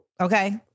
okay